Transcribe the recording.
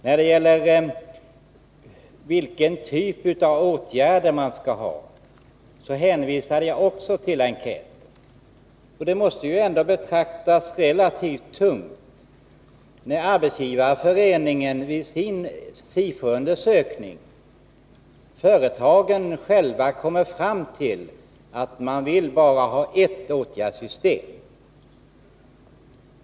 När det gäller vilken typ av åtgärder man skall ha hänvisade jag också till enkäten. Det måste ändå betraktas som relativt tungt när företagen själva i Arbetsgivareföreningens SIFO-undersökning vill ha bara ett åtgärdssystem.